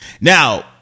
now